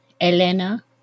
Elena